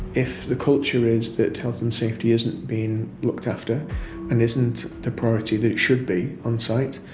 if the culture is that health and safety isn't being looked after and isn't the priority that it should be onsite,